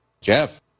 Jeff